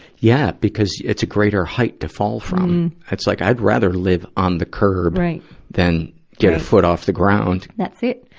yeah, because it's a greater height to fall from. it's like i'd rather live on the curb than get a foot off the ground. dr. that's it.